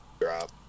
drop